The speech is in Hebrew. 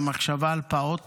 והמחשבה על פעוט